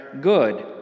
good